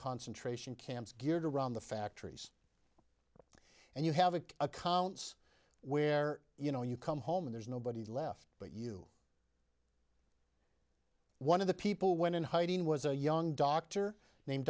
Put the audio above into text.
concentration camps geared around the factories and you have a accounts where you know you come home and there's nobody left but you one of the people went in hiding was a young doctor name